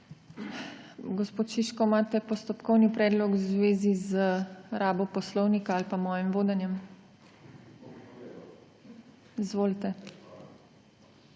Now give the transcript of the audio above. Gospod Šiško, imate postopkovni predlog v zvezi z rabo poslovnika ali pa mojim vodenjem? /